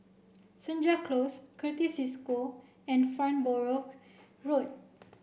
Senja Close Certis Cisco and Farnborough Road